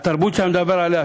התרבות שאני מדבר עליה,